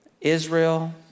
Israel